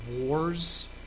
wars